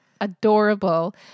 adorable